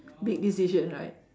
big decision right